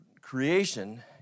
Creation